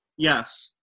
Yes